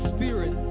Spirit